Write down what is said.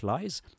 Lies